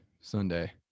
Sunday